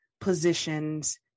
positions